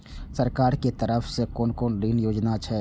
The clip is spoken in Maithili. सरकार के तरफ से कोन कोन ऋण योजना छै?